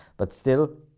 but still,